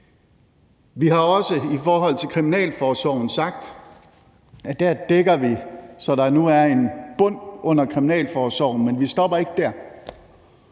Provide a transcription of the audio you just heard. Vi har også i forhold til Kriminalforsorgen sagt, at der dækker vi, så der nu er en bund under Kriminalforsorgen. Men vi stopper ikke der,